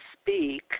speak